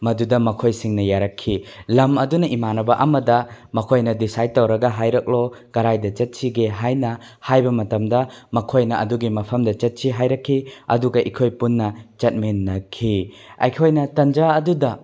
ꯃꯗꯨꯗ ꯃꯈꯣꯏꯁꯤꯡꯅ ꯌꯥꯔꯛꯈꯤ ꯂꯝ ꯑꯗꯨꯅ ꯏꯃꯥꯟꯅꯕ ꯑꯃꯗ ꯃꯈꯣꯏꯅ ꯗꯤꯁꯥꯏꯠ ꯇꯧꯔꯒ ꯍꯥꯏꯔꯛꯂꯣ ꯀꯗꯥꯏꯗ ꯆꯠꯁꯤꯒꯦ ꯍꯥꯏꯅ ꯍꯥꯏꯕ ꯃꯇꯝꯗ ꯃꯈꯣꯏꯅ ꯑꯗꯨꯒꯤ ꯃꯐꯝꯗꯨ ꯆꯠꯁꯤ ꯍꯥꯏꯔꯛꯈꯤ ꯑꯗꯨꯒ ꯑꯩꯈꯣꯏ ꯄꯨꯟꯅ ꯆꯠꯃꯤꯟꯅꯈꯤ ꯑꯩꯈꯣꯏꯅ ꯇꯥꯟꯖꯥ ꯑꯗꯨꯗ